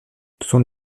son